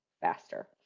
faster